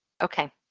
Okay